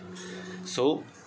so